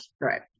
Right